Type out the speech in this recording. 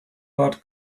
that